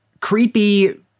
creepy